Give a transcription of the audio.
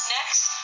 Next